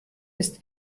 ist